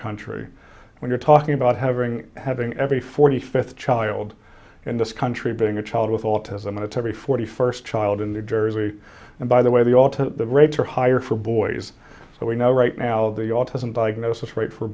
country when you're talking about having having every forty fifth child in this country being a child with autism it's every forty first child in new jersey and by the way the all to rates are higher for boys so we know right now the autism diagnosis rate for